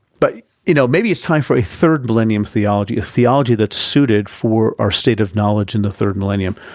but, you know, maybe it's time for a third millennium theology, a theology that's suited for our state of knowledge in the third millennium.